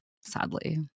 sadly